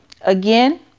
Again